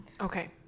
Okay